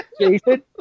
Jason